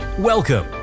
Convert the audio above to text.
Welcome